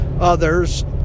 Others